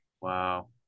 Wow